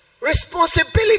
responsibility